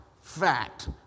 fact